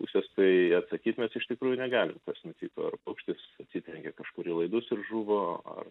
pusės tai atsakyt mes iš tikrųjų negalim kas nutiko ar paukštis atsitrenkė kažkur į laidus ir žuvo ar